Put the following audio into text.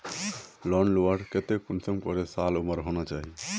Loan लुबार केते कुंसम करे साल उमर होना चही?